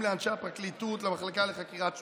לאנשי הפרקליטות למחלקה לחקירת שוטרים,